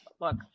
look